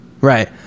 right